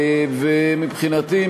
מבחינתי,